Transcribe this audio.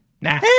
Nah